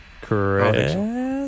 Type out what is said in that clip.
Correct